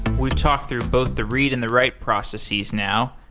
we've talked through both the read and the write processes now,